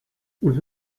und